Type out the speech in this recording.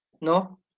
no